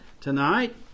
tonight